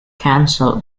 cancel